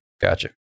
gotcha